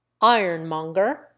Ironmonger